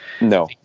no